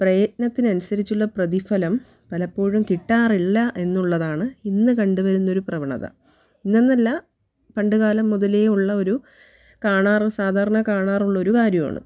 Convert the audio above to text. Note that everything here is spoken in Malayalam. പ്രയത്നത്തിനനുസരിച്ചുള്ള പ്രതിഫലം പലപ്പോഴും കിട്ടാറില്ല എന്നുള്ളതാണ് ഇന്ന് കണ്ട് വരുന്നൊരു പ്രവണത ഇന്നെന്നല്ല പണ്ട് കാലം മുതലേ ഉള്ള ഒരു കാണാറ് സാധാരണ കാണാറുള്ളൊരു കാര്യമാണ്